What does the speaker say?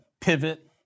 pivot